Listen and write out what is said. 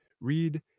read